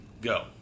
go